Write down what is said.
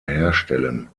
herstellen